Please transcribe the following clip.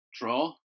Draw